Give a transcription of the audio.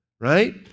right